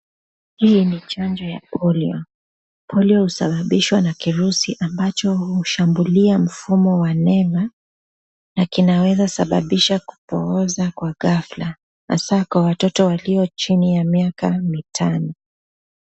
Hii ni chanjo ya polio. Polio husababishwa na kirusi ambacho hushambulia mfumo wa neva na kina weza sababisha kupohoza kwa ghafla haswa kwa watoto chini ya miaka mitano.